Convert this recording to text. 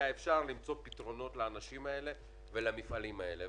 אבל בחודשיים היה אפשר למצוא פתרונות לאנשים האלה ולמפעלים האלה.